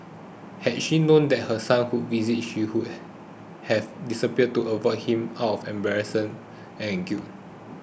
had she known that her son would visit she who have disappeared to avoid him out of embarrassment and guilt